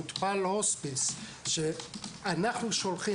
למטופל שאנחנו שולחים